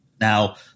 Now